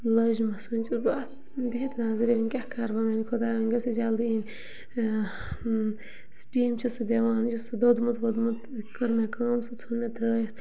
لٲجمَس وٕنۍ چھَس بہٕ اَتھ بِہِتھ نظرِ وٕنۍ کیٛاہ کَرٕ بہٕ میٛانہِ خۄدایہ وۄنۍ گٔژھ یہِ جلدی یِنۍ سِٹیٖم چھِ سُہ دِوان یُس سُہ دوٚدمُت ووٚدمُت کٔر مےٚ کٲم سُہ ژھُن مےٚ ترٛٲیِتھ